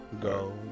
Go